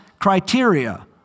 criteria